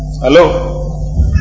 Hello